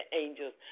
angels